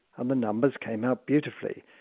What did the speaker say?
and the numbers came out beautifully.